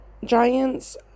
giants